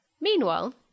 Meanwhile